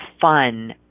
fun